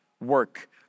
work